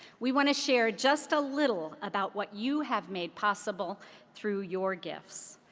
we want to share just a little about what you have made possible through your gifts.